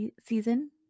season